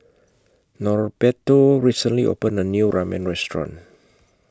Norberto recently opened A New Ramen Restaurant